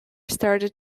started